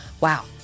Wow